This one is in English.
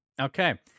Okay